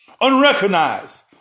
unrecognized